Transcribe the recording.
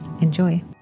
Enjoy